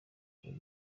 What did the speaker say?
hip